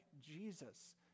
Jesus